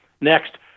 Next